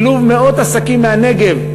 שילוב מאות עסקים מהנגב,